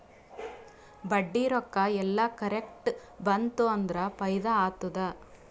ಬಡ್ಡಿ ರೊಕ್ಕಾ ಎಲ್ಲಾ ಕರೆಕ್ಟ್ ಬಂತ್ ಅಂದುರ್ ಫೈದಾ ಆತ್ತುದ್